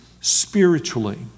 spiritually